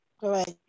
Correct